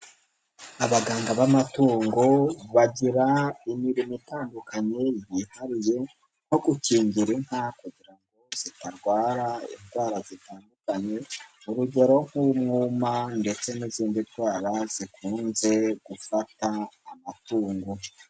Abaganga b'amatungo, bagira imirimo itandukanye yihariye, nko gukingira inka, kugira ngo zitarwara indwara zitandukanye, urugero nk'umwuma ndetse n'izindi ndwara zikunze gufata amatungo.